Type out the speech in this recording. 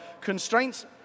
constraints